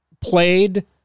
played